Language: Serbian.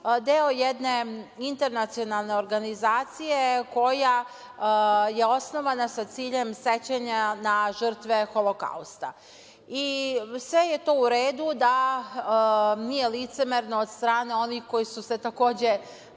deo jedne internacionalne organizacije koja je osnovana sa ciljem sećanja na žrtve Holokausta. Sve je to u redu da nije licemerno od strane onih koji su se takođe